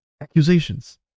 Accusations